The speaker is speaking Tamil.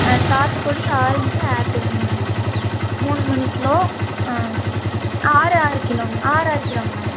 ஆ சாத்துக்குடி ஆரஞ்சு ஆப்பிள்ங்ண்ணா மூணு மூணு கிலோ ஆ ஆறு ஆறு கிலோ ஆறு ஆறு கிலோங்ண்ணா